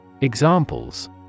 Examples